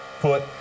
put